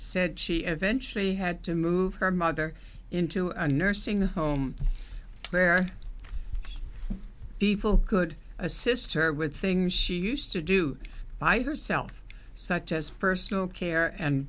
said she eventually had to move her mother into a nursing home where people could assist her with things she used to do by herself such as personal care and